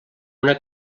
una